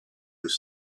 was